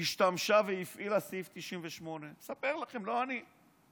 השתמשה והפעילה את סעיף 98. אני מספר לכם.